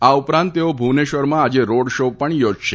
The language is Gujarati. આ ઉપરાંત તેઓ ભુવનેશ્વરમાં આજે રોડ શો પણ યોજશે